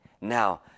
now